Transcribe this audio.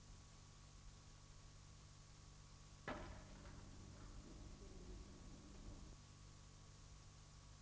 Petersen anhållit att till protokollet få antecknat att hon inte ägde rätt till ytterligare replik.